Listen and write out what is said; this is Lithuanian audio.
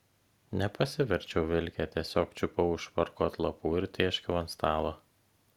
nepasiverčiau vilke tiesiog čiupau už švarko atlapų ir tėškiau ant stalo